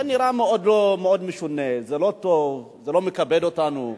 זה נראה מאוד משונה, זה לא טוב, זה לא מכבד אותנו.